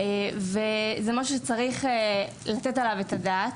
וזה משהו שצריך לתת עליו את הדעת.